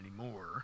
anymore